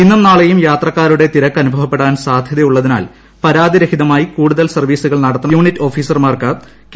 ഇന്നും നാളെയും യാത്രക്കാരുടെ തിരക്ക് അനുഭവപ്പെടാൻ സാധൃതയുള്ളതിനാൽ പരാതിരഹിതമായി കൂടുതൽ സർവീസുകൾ നടത്തണമെന്ന് യൂണിറ്റ് ഓഫീസർമാർക്ക് കെ